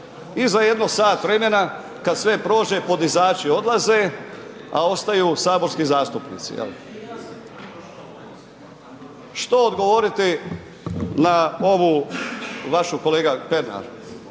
I za jedno sat vremena kada sve prođe podizači odlaze, a ostaju saborski zastupnici. Što odgovoriti na ovu vašu kolega Pernar,